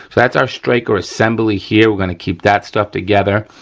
that's our striker assembly here we're gonna keep that stuff together.